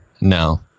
no